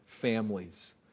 families